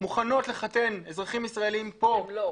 מוכנות לחתן אזרחים ישראלים פה --- לא,